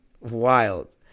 Wild